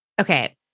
Okay